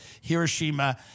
Hiroshima